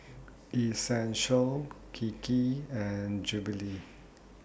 Essential Kiki and Jollibee